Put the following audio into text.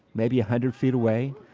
maybe a hundred feet away,